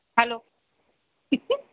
hello tiffin